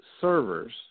servers